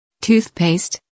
Toothpaste